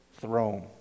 throne